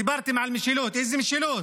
דיברתם על משילות, איזו משילות?